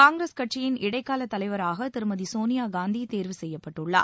காங்கிரஸ் கட்சியின் இடைக்காலத் தலைவராக திருமதி சோனியாகாந்தி தேர்வு செய்யப்பட்டுள்ளார்